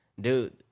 Dude